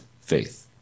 faith